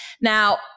Now